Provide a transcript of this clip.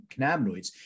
cannabinoids